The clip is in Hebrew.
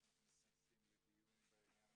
1. אני חושב שזו פעם שנייה שאנחנו מתכנסים לדיון בעניין